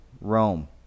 Rome